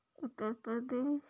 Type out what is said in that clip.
Uttar Pradesh